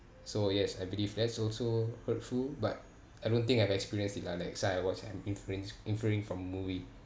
so yes I believe that's also hurtful but I don't think I've experienced it lah like so I watch and infurring inferring from movie